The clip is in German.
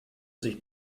sich